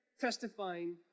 testifying